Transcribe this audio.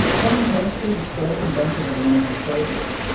quantum chemistry was first invented in the nineteen thirty s,